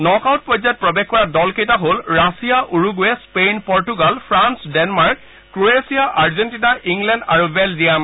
knockout পৰ্যায়ত প্ৰবেশ কৰা দলকেইটা হল Russia Uruguay Spain Portugal France Denmark Croatia Argentina England আৰু বেলজিয়াম